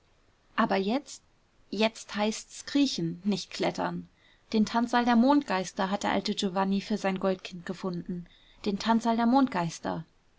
aber jetzt jetzt heißt's kriechen nicht klettern den tanzsaal der mondgeister hat der alte giovanni für sein goldkind gefunden den tanzsaal der